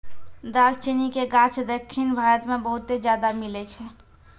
दालचीनी के गाछ दक्खिन भारत मे बहुते ज्यादा मिलै छै